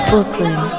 Brooklyn